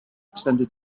extended